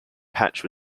patch